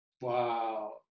Wow